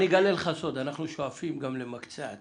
אני כולי תקווה שבקדנציה הבאה מעונות היום יהיו